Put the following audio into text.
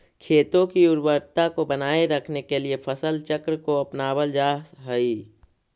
खेतों की उर्वरता को बनाए रखने के लिए फसल चक्र को अपनावल जा हई